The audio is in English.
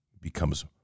becomes